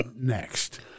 next